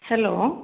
hello